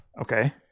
Okay